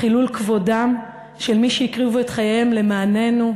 חילול כבודם של מי שהקריבו את חייהם למעננו,